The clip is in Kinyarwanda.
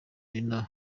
nina